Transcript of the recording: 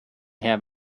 have